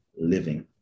living